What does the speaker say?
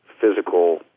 physical